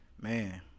man